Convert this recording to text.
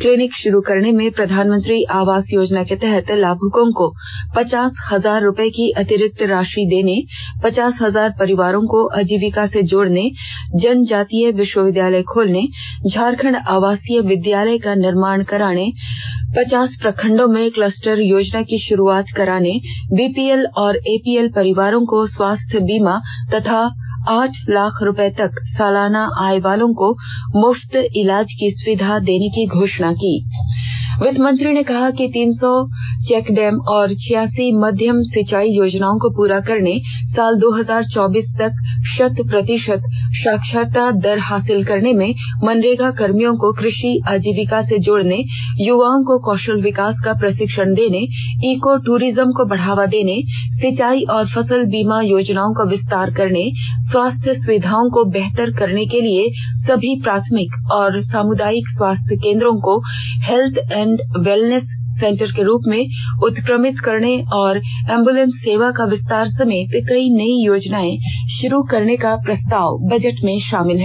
clinic पुरू करने प्रधानमंत्री आवास योजना के तहत लाभुकों को पचास हजार रुपये की अतिरिक्त राषि देने पचास हजार परिवारों को आजीविका से जोड़ने जनजातीय विष्वविद्यालय खोलने झारखंड आवासीय विद्यालय का निर्माण कराने पचास प्रखंडों में कलस्टर योजना की पुरूआत करने बीपीएल और एपीएल परिवारों को स्वास्थ्य बीमा तथा आठ लाख रूपये तक सालाना आय वालों को मुफ्त इलाज की सुविधा देने की घोषणा की वित्त मंत्री ने कहा कि तीन सौ चेकडैम और छियासी मध्यम सिंचाई योजनाओं को पूरा करने साल दो हजार चौबीस तक षत प्रतिषत साक्षरता दर हासिल करने मनरेगा कर्मियों को कृषि आजीविका से जोड़ने युवाओं को कौषल विकास का प्रषिक्षण देने इको टूरिज्म को बढ़ावा देने सिंचाई और फसल बीमा योजनाओं का विस्तार करने स्वास्थ्य सुविधाओं को बेहतर करने के लिए सभी प्राथमिक और सामुदायिक स्वास्थ्य केंद्रों को हेत्थ एंड वेलनेस सेंटर के रूप में उत्क्रमित करने और एंबुलेंस सेवा का विस्तार समेत कई नयी योजनाएं षुरू करने का प्रस्ताव बजट में शामिल हैं